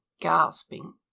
gasping